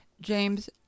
James